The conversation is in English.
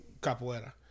Capoeira